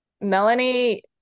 Melanie